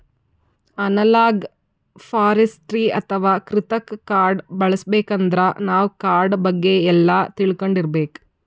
analogue forestry ಅಥವಾ ಕೃತಕ್ ಕಾಡ್ ಬೆಳಸಬೇಕಂದ್ರ ನಾವ್ ಕಾಡ್ ಬಗ್ಗೆ ಎಲ್ಲಾ ತಿಳ್ಕೊಂಡಿರ್ಬೇಕ್